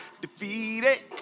defeated